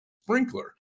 sprinkler